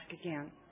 again